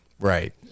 Right